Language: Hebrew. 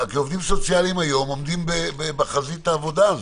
הסוציאליים כי היום הם עומדים בחזית העבודה.